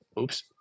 Oops